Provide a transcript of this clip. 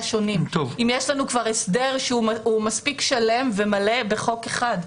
שונים אם יש לנו כבר הסדר שהוא כבר מספיק שלם ומלא בחוק אחד.